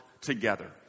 together